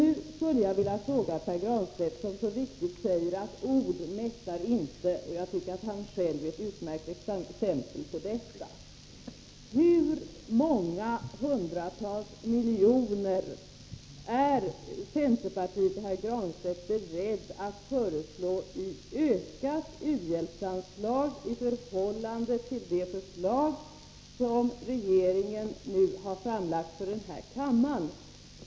Jag skulle vilja fråga Pär Granstedt, som så riktigt sade att ord inte mättar — jag tycker att han själv är ett utmärkt exempel på det: Hur många hundratals miljoner är centern och herr Granstedt beredda att föreslå i ökat uhjälpsanslag i förhållande till det förslag som regeringen nu har framlagt för kammaren?